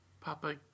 Papa